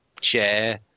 chair